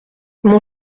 mon